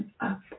up